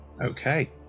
Okay